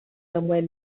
somewhere